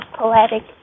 poetic